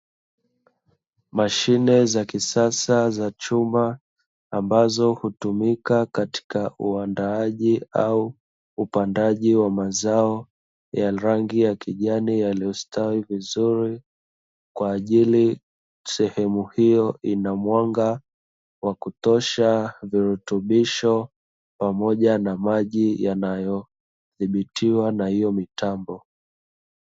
mashine za kisasa za chuma ambazo hutumika katika uandaaji au upandaji wa mazao ya rangi ya kijani yaliyostawi vizuri kwaajili. sehemu hiyo ina mwanga wa kutosha ,virutubisho pamoja na maji yanayodhibitiwa na hiyo mitambo.